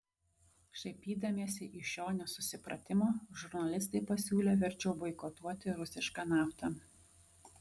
šaipydamiesi iš šio nesusipratimo žurnalistai pasiūlė verčiau boikotuoti rusišką naftą